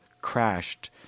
crashed